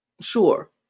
Sure